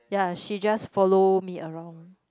ya she just follow me around